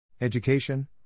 Education